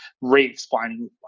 re-explaining